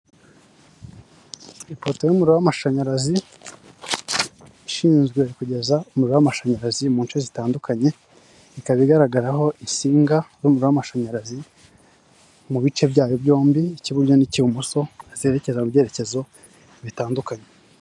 Ipoto y'umuriro w'amashanyarazi ishinzwe kugeza umuriro w'amashanyarazi mu nce zitandukanye ikaba igaragaraho isinga n'umuriro w'amashanyarazi mu bice byayo byombi ibuburyo n'ibumoso zerekeza mu byerekezo bitandukanye.